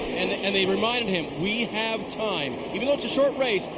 and and they reminded him, we have time. even though it's a short race,